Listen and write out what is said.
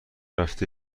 رفته